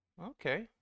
Okay